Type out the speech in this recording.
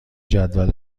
جدول